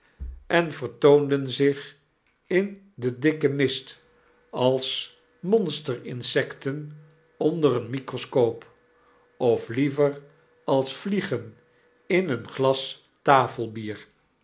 en verboden den zich in den dikken mist als monster-insecten onder een microscoop of liever als vliegen in e'en glas